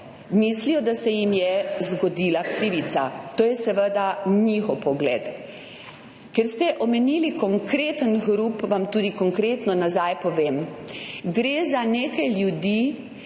mislijo, da se jim je zgodila krivica. To je seveda njihov pogled. Ker ste omenili konkreten hrup, vam tudi konkretno nazaj povem. Gre za nekaj ljudi,